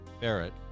Barrett